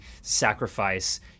Sacrifice